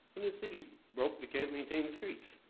and the city's broke, they can't maintain the streets.